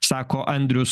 sako andrius